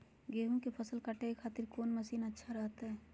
गेहूं के फसल काटे खातिर कौन मसीन अच्छा रहतय?